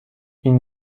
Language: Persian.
این